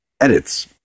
edits